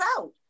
out